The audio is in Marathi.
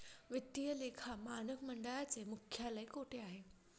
वित्तीय लेखा मानक मंडळाचे मुख्यालय कोठे आहे?